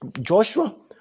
Joshua